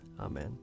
Amen